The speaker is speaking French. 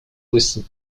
aussi